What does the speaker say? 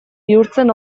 bihurtzen